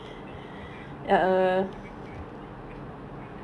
macam gitu jer ah you never you never do anything interesting you know like